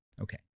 Okay